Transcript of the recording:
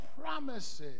promises